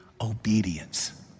obedience